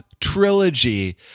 trilogy